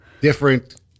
different